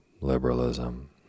liberalism